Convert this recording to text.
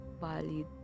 valid